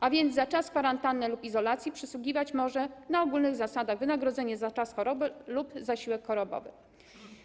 A więc za czas kwarantanny lub izolacji przysługiwać może na ogólnych zasadach wynagrodzenie za czas choroby lub zasiłek chorobowy.